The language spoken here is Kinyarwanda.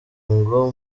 ngo